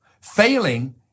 Failing